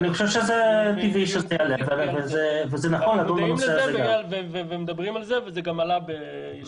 זה נכון --- מדברים על זה וזה גם עלה בישיבות אחרות.